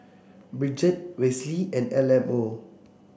Bridgett Wesley and Imo